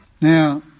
Now